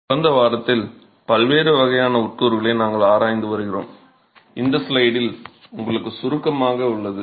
கடந்த வாரத்தில் பல்வேறு வகையான உட்கூறுகளை நாங்கள் ஆராய்ந்து வருகிறோம் இந்த ஸ்லைடில் உங்களுக்கு சுருக்கமாக உள்ளது